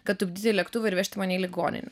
kad tupdyti lėktuvą ir vežti mane į ligoninę